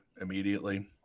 immediately